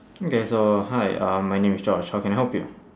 okay so hi um my name is josh how can I help you